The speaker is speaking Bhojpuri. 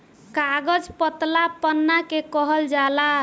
कागज पतला पन्ना के कहल जाला